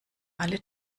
alle